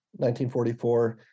1944